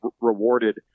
rewarded